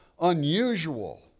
unusual